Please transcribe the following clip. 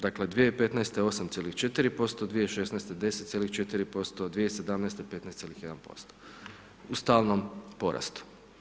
Dakle 2015. 8,4%, 2016. 10,4%, 2017., 15,1% u stalnom porastu.